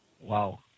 Wow